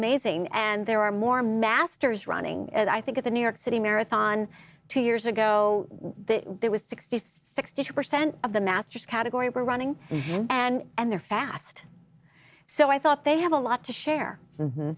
amazing and there are more masters running and i think the new york city marathon two years ago there was sixty sixty percent of the masters category were running and they're fast so i thought they have a lot to share